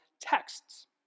texts